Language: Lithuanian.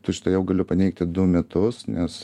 tučtuojau galiu paneigti du mitus nes